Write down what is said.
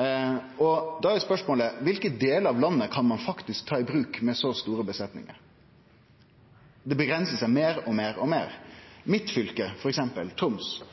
Da er spørsmålet kva delar av landet ein faktisk kan ta i bruk med så store besetningar. Det avgrensar seg meir og meir. I f.eks. mitt fylke, Troms, har ein sidan 1959 fått redusert bruka med dyrkbar jord og